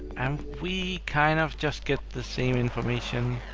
and we kind of just get the same information